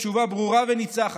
תשובה ברורה וניצחת: